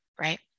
right